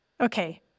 Okay